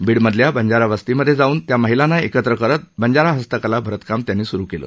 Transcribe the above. बीडमधल्या बंजारा वस्तीमध्ये जाऊन त्या महिलांना एकत्र करत बंजारा हस्तकला भरत काम सुरु केलं